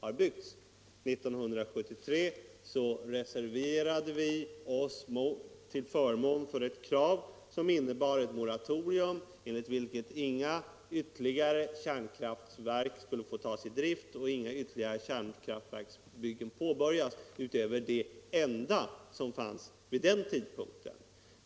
År 1973 reserverade vi oss till förmån för ett krav som innebar ett moratorium enligt vilket inga ytterligare kärnkraftverk skulle få tas i drift och inga ytterligare kärnkraftverksbyggen påbörjas utöver det enda som fanns vid den tidpunkten.